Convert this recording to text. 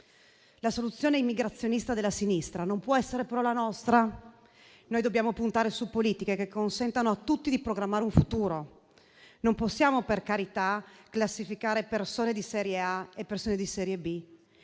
La soluzione immigrazionista della sinistra non può essere, però, la nostra. Noi dobbiamo puntare su politiche che consentano a tutti di programmare un futuro; non possiamo, per carità, classificare persone di serie A e persone di serie B,